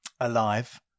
alive